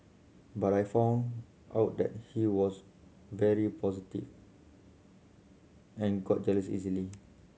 but I found out that he was very positive and got jealous easily